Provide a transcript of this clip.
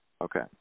Okay